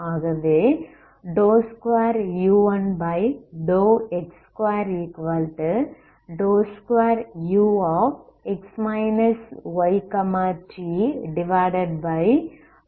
ஆகவே 2u1x22ux yt 2